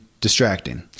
distracting